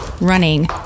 running